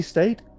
State